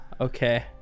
okay